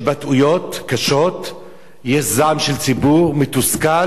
יש זעם של ציבור מתוסכל שמרגיש חוסר אונים.